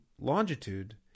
longitude